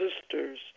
sisters